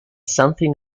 something